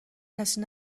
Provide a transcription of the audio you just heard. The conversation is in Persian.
کسی